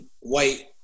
white